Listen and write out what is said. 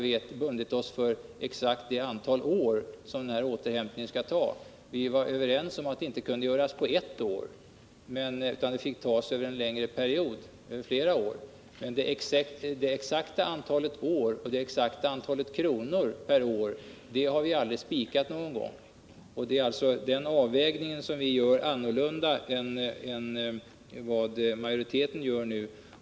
Vi var överens om att detta inte kunde göras på ett år utan att det fick ske över en längre period. Men det exakta antalet år och det exakta antalet kronor per år har vi aldrig bundit oss för. Det är alltså den avvägningen som vi gör annorlunda mot vad majoriteten gör nu.